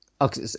okay